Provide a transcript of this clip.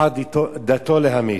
אחת דתו להמית,